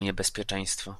niebezpieczeństwo